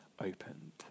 opened